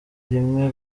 rimwe